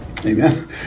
Amen